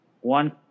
one